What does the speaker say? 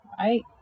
Right